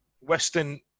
Western